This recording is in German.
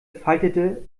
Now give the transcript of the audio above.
faltete